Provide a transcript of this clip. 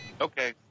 Okay